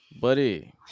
buddy